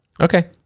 Okay